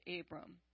Abram